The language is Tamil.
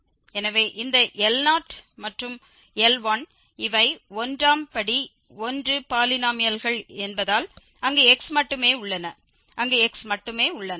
எனவே இந்த L0 மற்றும் L1 இவை 1 ஆம் படி 1 பாலினோமியல்கள் என்பதால் அங்கு x மட்டுமே உள்ளன அங்கு x மட்டுமே உள்ளன